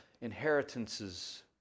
inheritances